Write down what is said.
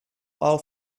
all